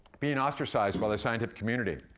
being ostracized by the scientific community.